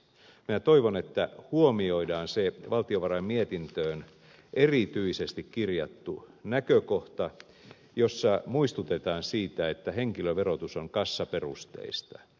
minä toivon että huomioidaan se valtiovarain mietintöön erityisesti kirjattu näkökohta jossa muistutetaan siitä että henkilöverotus on kassaperusteista